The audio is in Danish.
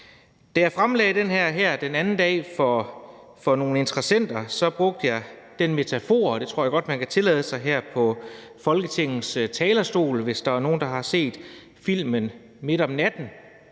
Da jeg fremlagde det her den anden dag for nogle interessenter, brugte jeg en metafor, og det tror jeg godt man kan tillade sig her på Folketingets talerstol. Hvis der nogen, der set filmen »Midt om natten«,